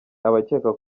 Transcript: abakeka